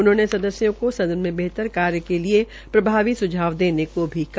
उन्होंने सदस्यों को सदन में बेहतर कार्य के लिये प्रभावी देने को भी कहा